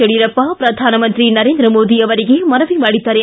ಯಡಿಯೂರಪ್ಪ ಪ್ರಧಾನಮಂತ್ರಿ ನರೇಂದ್ರ ಮೋದಿ ಅವರಿಗೆ ಮನವಿ ಮಾಡಿದ್ದಾರೆ